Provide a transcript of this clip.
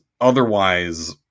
otherwise